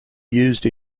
used